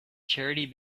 charity